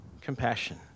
compassion